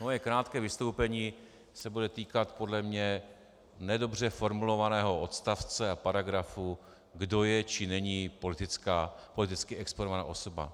Moje krátké vystoupení se bude týkat podle mě nedobře formulovaného odstavce a paragrafu, kdo je či není politicky exponovaná osoba.